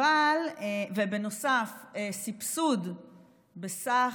ובנוסף על סבסוד בסך,